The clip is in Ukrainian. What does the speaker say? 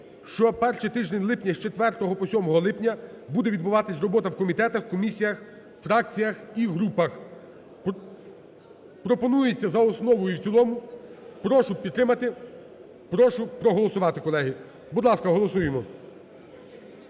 що перший тиждень липня з 4 по 7 липня буде відбуватися робота в комітетах, комісіях, фракціях і групах, пропонується за основу і в цілому. Прошу підтримати. Прошу проголосувати, колеги. Будь ласка, голосуємо.